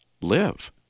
live